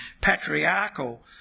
patriarchal